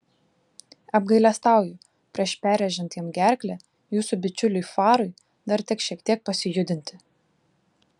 apgailestauju prieš perrėžiant jam gerklę jūsų bičiuliui farui dar teks šiek tiek pasijudinti